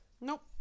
Nope